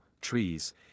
trees